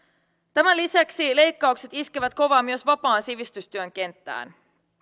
tämän lisäksi leikkaukset iskevät kovaa myös vapaan sivistystyön kenttään